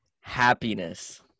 Happiness